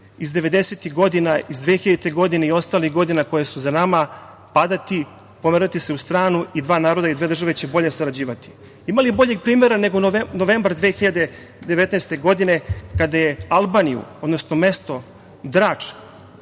godina, iz 2000. godine i ostalih godina koje su za nama padati, pomerati se u stranu i dva naroda i dve države će bolje sarađivati. Ima li boljeg primera nego novembar 2019. godine kada je Albaniju, odnosno mesto Drač